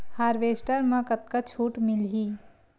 Harvester म कतका छूट मिलही?